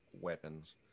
weapons